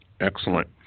Excellent